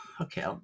okay